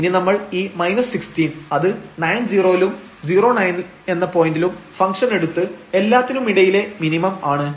ഇനി നമ്മൾ ഈ 16 അത് 90 ലും 09 എന്ന പോയന്റിലും ഫംഗ്ഷൻ എടുത്ത് എല്ലാത്തിനുമിടയിലെ മിനിമം ആണ്